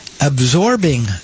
absorbing